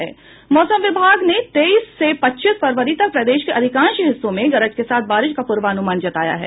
मौसम विभाग ने तेईस से पच्चीस फरवरी तक प्रदेश के अधिकांश हिस्सो में गरज के साथ बारिश का पूर्वानुमान जताया है